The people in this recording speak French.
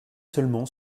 seulement